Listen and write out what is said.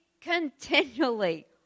continually